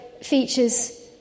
features